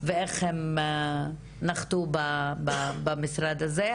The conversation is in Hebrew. ואיך הם נחתו במשרד הזה,